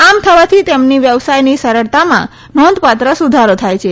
આમ થવાથી તેમની વ્યવસાયની સરળતામાં નોંધ ાત્ર સુધારો થાય છે